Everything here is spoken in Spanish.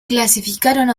clasificaron